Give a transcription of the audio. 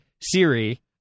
Siri